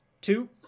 two